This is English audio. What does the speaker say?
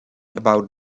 about